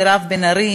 מירב בן ארי,